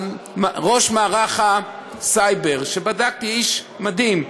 ראש מערך הסייבר, ובדקתי, איש מדהים.